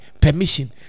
permission